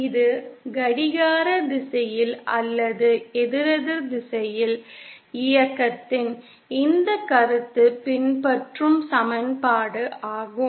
இது கடிகார திசையில் அல்லது எதிரெதிர் திசையில் இயக்கத்தின் இந்த கருத்து பின்பற்றும் சமன்பாடு ஆகும்